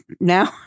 now